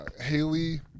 Haley